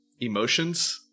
emotions